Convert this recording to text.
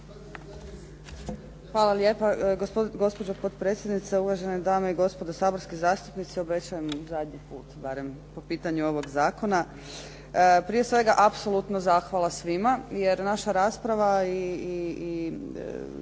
Hvala lijepo gospođo potpredsjednice, uvažene dame i gospodo saborski zastupnici, obećajem zadnji put, barem po pitanju ovog zakona. Prije svega, apsolutno zahvala svima jer naša rasprava i